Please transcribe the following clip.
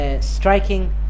Striking